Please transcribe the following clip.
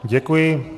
Děkuji.